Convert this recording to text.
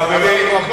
חברים,